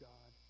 God